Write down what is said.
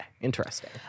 Interesting